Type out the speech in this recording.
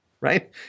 Right